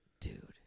dude